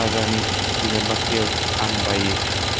बाजारनि बिजाब बाख्रियाव आं बायो